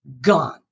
gone